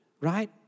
right